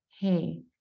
Hey